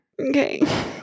Okay